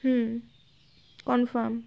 হুম confirm